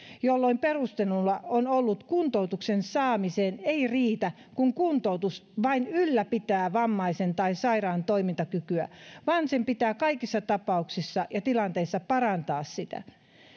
jolloin perusteluna on ollut että kuntoutuksen saamiseen ei riitä että kuntoutus vain ylläpitää vammaisen tai sairaan toimintakykyä vaan sen pitää kaikissa tapauksissa ja tilanteissa parantaa sitä